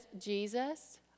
Jesus